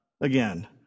again